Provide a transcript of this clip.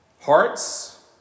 Hearts